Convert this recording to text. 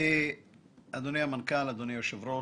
אדוני המנכ"ל, אדוני היושב-ראש,